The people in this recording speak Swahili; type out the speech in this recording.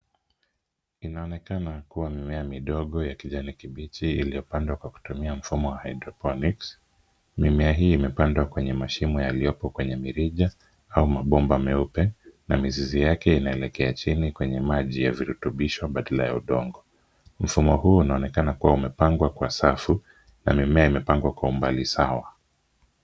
Inaonekana kuwa mimea midogo ya kijani kibichi iliyopandawa kwa kutumia mfumo wa hydroponics Mimea hii imepandwa kwenye mashimo yaliyopo kwenye mirija au mabomba meupe na mizizi yake inaelekea chini kwenye maji ya virutubisho badala ya udongo. Mfumo huu unaonekana kawa umepangwa kwa safu na mimea imepangwa kwa umbali sawa.